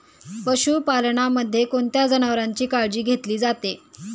पशुपालनामध्ये कोणत्या जनावरांची काळजी घेतली जाते?